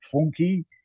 Funky